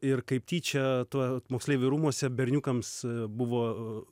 ir kaip tyčia tuo moksleivių rūmuose berniukams buvo